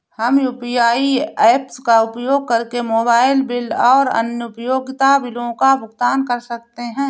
हम UPI apps का उपयोग करके मोबाइल बिल और अन्य उपयोगिता बिलों का भुगतान कर सकते हैं